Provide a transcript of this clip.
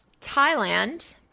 Thailand